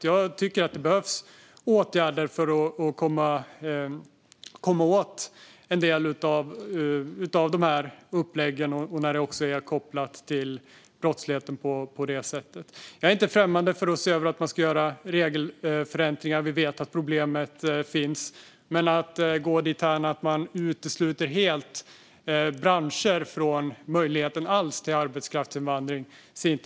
Jag tycker att det behövs åtgärder för att komma åt en del av de här uppläggen och det som är kopplat till brottsligheten på det sättet. Jag är inte främmande för att se över om man ska göra regelförändringar. Vi vet att problem finns. Men vi ser det inte som en väg framåt att helt utesluta branscher från möjligheten till arbetskraftsinvandring.